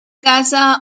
casa